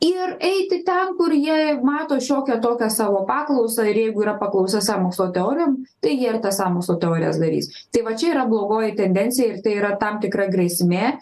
ir eiti ten kur jie mato šiokią tokią savo paklausą ir jeigu yra paklausa sąmokslo teorijom tai jie ir tas sąmokslo teorijas darys tai va čia yra blogoji tendencija ir tai yra tam tikra grėsmė